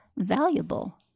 valuable